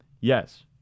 Yes